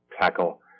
tackle